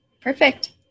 perfect